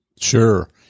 Sure